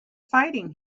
fighting